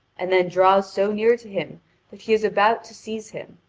and then draws so near to him that he is about to seize him,